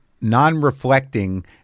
non-reflecting